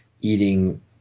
eating